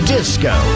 Disco